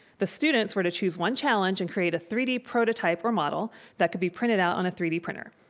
the students were to choose one challenge and create a three d prototype or model that could be printed out on a three d printer.